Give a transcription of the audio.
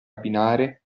abbinare